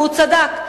והוא צדק.